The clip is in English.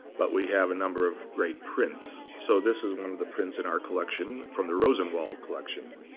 but we have a number of great prints. so this is one of the prints in our collection, from the rosenwald collection,